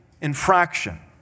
infraction